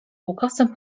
ukosem